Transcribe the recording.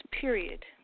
period